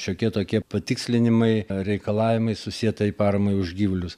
šiokie tokie patikslinimai reikalavimai susietajai paramai už gyvulius